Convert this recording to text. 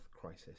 crisis